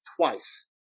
twice